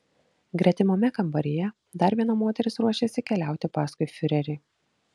gretimame kambaryje dar viena moteris ruošėsi keliauti paskui fiurerį